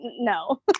no